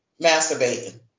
masturbating